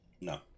No